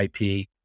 ip